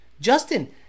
Justin